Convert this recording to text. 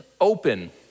open